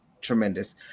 tremendous